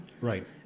Right